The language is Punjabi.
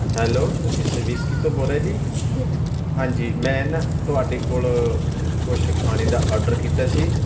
ਹੈਲੋ ਤੁਸੀਂ ਸਵਿਕੀ ਤੋਂ ਬੋਲ ਰਹੇ ਜੀ ਹਾਂਜੀ ਮੈਂ ਨਾ ਤੁਹਾਡੇ ਕੋਲ ਕੁਛ ਖਾਣੇ ਦਾ ਔਡਰ ਕੀਤਾ ਸੀ